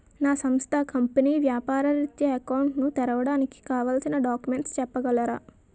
నా సంస్థ కంపెనీ వ్యాపార రిత్య అకౌంట్ ను తెరవడానికి కావాల్సిన డాక్యుమెంట్స్ చెప్పగలరా?